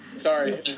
Sorry